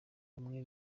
bamwe